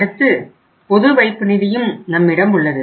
அடுத்து பொது வைப்பு நிதியும் நம்மிடம் உள்ளது